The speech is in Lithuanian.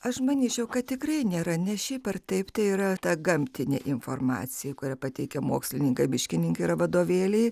aš manyčiau kad tikrai nėra nes šiaip ar taip tai yra ta gamtinė informacija kurią pateikia mokslininkai miškininkai yra vadovėliai